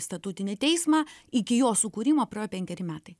statutinį teismą iki jo sukūrimo praėjo penkeri metai